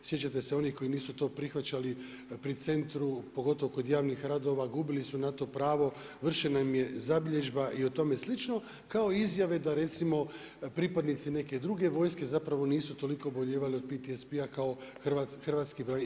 Sjećate se onih koji nisu to prihvaćali, pri centru, pogotovo kod javnih radova, gubili su na to pravo, vršena im je zabilježba i o tome slično, kao i izjave da recimo, pripadnici neke druge vojske zapravo nisu toliko obolijevali od PTSP-a kao hrvatski branitelji.